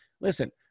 listen